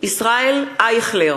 מתחייב אני אביגדור